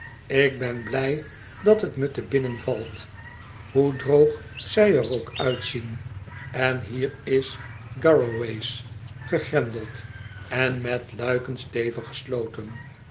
ik ben blij dat het me te binnen valt hoe droog zij er ook uitzien en hier is garraway's gegrendeld en met luiken stevig